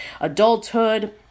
adulthood